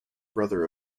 brother